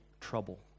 trouble